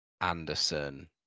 Anderson